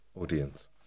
audience